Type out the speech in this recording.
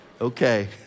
Okay